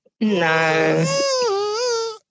No